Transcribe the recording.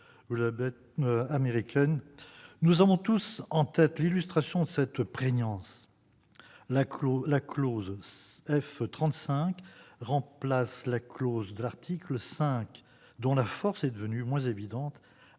Nous avons tous en tête une illustration de cette prégnance : la « clause F-35 » remplace la « clause de l'article 5 », dont la force est devenue moins évidente